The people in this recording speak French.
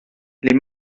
les